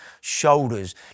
shoulders